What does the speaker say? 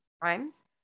crimes